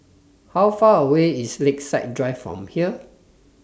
How Far away IS Lakeside Drive from here